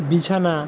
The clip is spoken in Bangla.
বিছানা